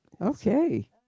Okay